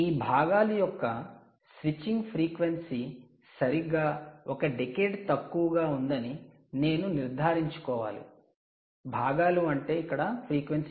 ఈ భాగాల యొక్క స్విచ్చింగ్ ఫ్రీక్వెన్సీ సరిగ్గా ఒక డికేడ్ తక్కువగా ఉందని నేను నిర్ధారించుకోవాలి